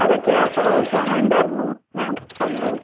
അതെ ഫ്ലവർസ് ആണ് എന്തായിരുന്നു മാം പറഞ്ഞോളൂ